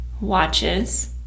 watches